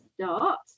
start